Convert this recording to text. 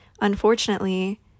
unfortunately